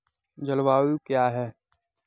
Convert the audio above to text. जलवायु क्या है?